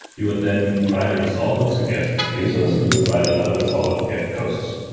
you would then write a resolver to get users and you would write another resolver to get posts.